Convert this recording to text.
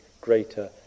greater